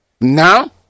now